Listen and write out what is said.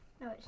No